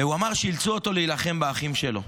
והוא אמר שאילצו אותו להילחם באחים שלו.